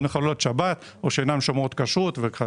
מחללות שבת או שאינן שומרות כשרות וכו',